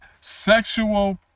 sexual